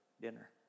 dinner